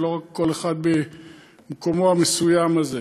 ולא רק כל אחד ממקומו המסוים הזה.